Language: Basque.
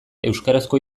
euskarazko